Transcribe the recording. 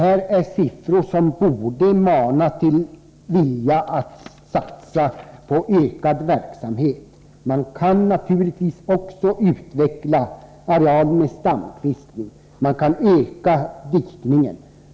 Det är siffror som borde mana till en vilja att satsa på ökad verksamhet. Man kan naturligtvis också utveckla arealer med stamkvistning, och man kan öka dikningen.